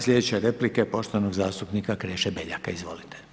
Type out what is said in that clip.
Slijedeće replike poštovanog zastupnika Kreše Beljaka, izvolite.